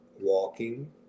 walking